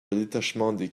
détachement